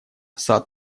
сад